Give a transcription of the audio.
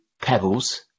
pebbles